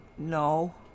no